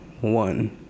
one